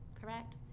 correct